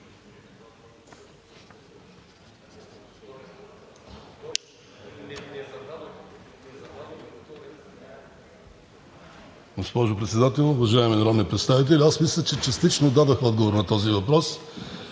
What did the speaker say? Госпожо Председател, уважаеми народни представители! Аз мисля, че частично дадох отговор на този въпрос.